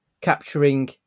capturing